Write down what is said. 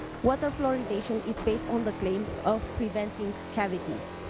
water fluoridation is based on the claim of preventing cavities,